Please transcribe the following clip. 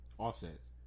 Offsets